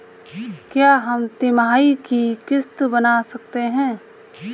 क्या हम तिमाही की किस्त बना सकते हैं?